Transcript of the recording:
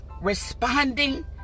responding